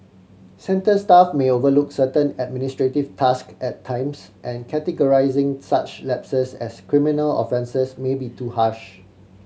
centre staff may overlook certain administrative task at times and categorising such lapses as criminal offences may be too harsh